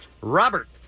Robert